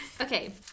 Okay